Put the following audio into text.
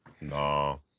No